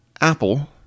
Apple